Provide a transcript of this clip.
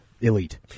elite